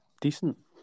decent